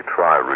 Try